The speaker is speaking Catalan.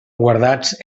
guardats